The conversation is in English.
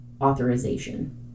authorization